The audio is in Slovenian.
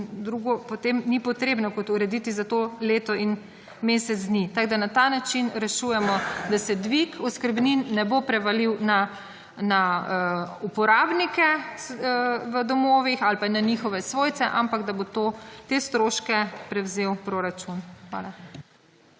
in drugo potem ni potrebno kot urediti za to leto in mesec dni. Na ta način rešujemo, da se dvig osrkbnin ne bo prevalil na uporabnike v domovih ali pa na njihove svojce, ampak da bo te stroške prevzel proračun. Hvala.